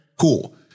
cool